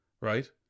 right